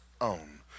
own